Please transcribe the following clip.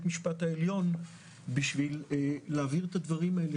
המשפט העליון בשביל להבהיר את הדברים האלה,